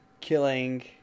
killing